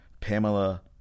Pamela